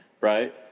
right